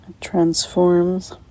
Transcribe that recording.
transforms